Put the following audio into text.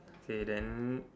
okay then